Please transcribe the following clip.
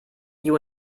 you